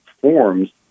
forms